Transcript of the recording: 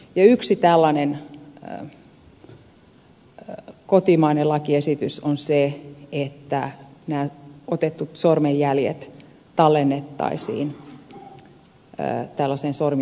yksi tällainen kotimainen lakiesitys on se että nämä otetut sormenjäljet tallennettaisiin sormenjälkirekisteriin